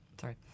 Sorry